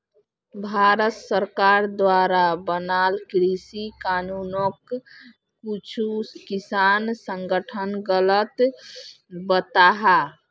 भारत सरकार द्वारा बनाल कृषि कानूनोक कुछु किसान संघठन गलत बताहा